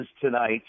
tonight